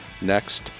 next